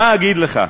מה אגיד לך,